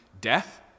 death